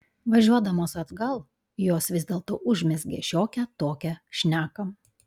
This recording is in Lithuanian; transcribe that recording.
važiuodamos atgal jos vis dėlto užmezgė šiokią tokią šneką